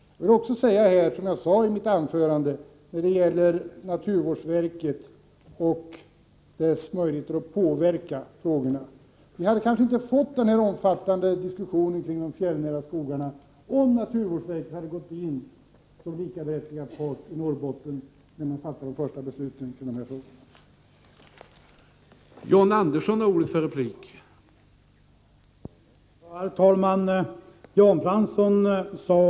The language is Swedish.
Jag vill upprepa vad jag sade i mitt huvudanförande när det gäller naturvårdsverket och dess möjligheter att påverka de här frågorna. Vi hade kanske inte fått en sådan här omfattande diskussion om de fjällnära skogarna, om naturvårdsverket hade gått in som likaberättigad part i Norrbotten när de första besluten fattades i de här frågorna.